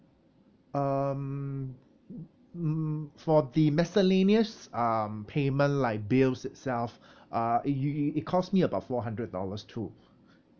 um hmm for the miscellaneous um payment like bills itself uh it it it cost me about four hundred dollars too